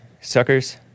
suckers